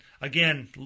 Again